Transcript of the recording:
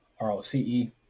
ROCE